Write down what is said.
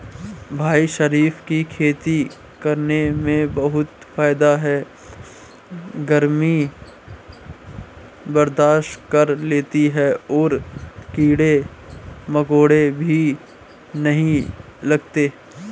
भाई शरीफा की खेती करने में बहुत फायदा है गर्मी बर्दाश्त कर लेती है और कीड़े मकोड़े भी नहीं लगते